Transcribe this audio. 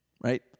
right